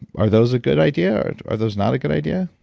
are those a good idea or are those not a good idea?